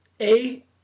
A-